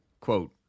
quote